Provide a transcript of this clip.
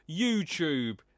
YouTube